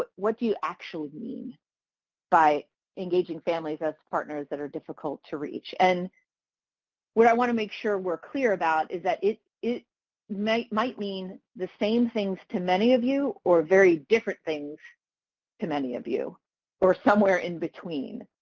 but what do you actually mean by engaging families as partners that are difficult to reach? and what i want to make sure we're clear about is that it it might mean the same things to many of you or very different things things to many of you or somewhere in-between.